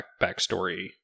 backstory